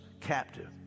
captive